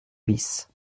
vices